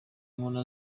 muntu